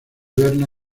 berna